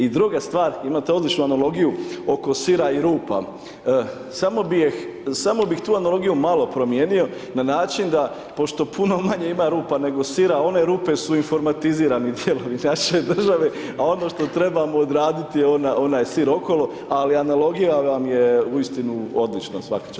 I druga stvar, imate odličnu analogiju oko sira i rupa, samo bih tu analogiju malo promijenio na način da, pošto puno manje ima rupa nego sira, one rupe su informatizirani dijelovi naše države, a ono što trebamo odraditi je onaj sir okolo, ali analogija vam je uistinu odlična, svaka čast, evo, hvala.